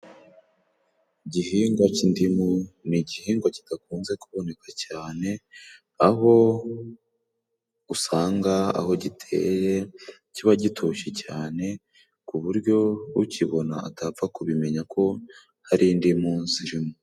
Igihingwa cy'indimu ni igihingwa kidakunze kuboneka cyane, aho usanga aho giteye kiba gitoshye cyane ku buryo ukibona atapfa kubimenyako hari indimu zirimo.